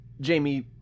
Jamie